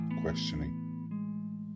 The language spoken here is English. questioning